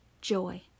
joy